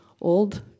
old